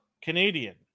Canadian